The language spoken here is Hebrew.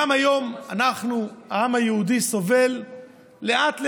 גם היום אנחנו, העם היהודי, סובלים לאט-לאט.